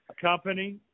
company